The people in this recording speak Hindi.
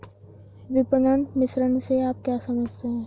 विपणन मिश्रण से आप क्या समझते हैं?